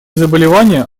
заболевания